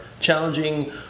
challenging